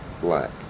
black